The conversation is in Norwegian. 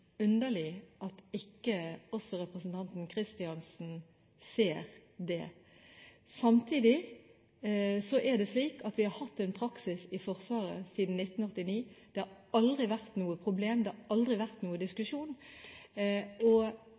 underlig at ikke også representanten Kristiansen ser det. Samtidig har vi hatt en praksis i Forsvaret siden 1989, og den har det aldri vært noe problem med eller diskusjon om. Slik har det vært